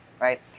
right